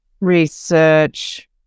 research